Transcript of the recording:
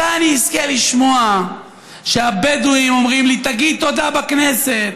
מתי אני אזכה לשמוע שהבדואים אומרים לי: תגיד תודה בכנסת